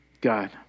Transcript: God